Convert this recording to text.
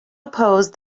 opposed